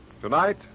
Tonight